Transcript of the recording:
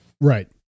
Right